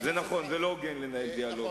זה נכון, זה לא הוגן לעשות דיאלוג.